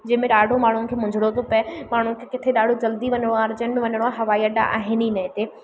जंहिंमें ॾाढो माण्हुनि खे मुंझिणो थो पए माण्हुनि खे किथे ॾाढो जल्दी वञिणो आहे अरजैंट वञिणो आहे हवाईअड्डा आहिनि ई न हिते